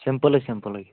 سِمپٕلٕے سِمپٕلٕے